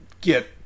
get